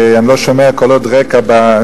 ואני לא שומע קולות רקע.